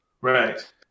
Right